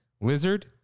Lizard